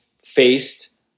faced